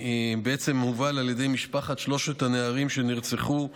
הובל על ידי משפחת שלושת הנערים שנרצחו,